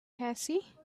cassie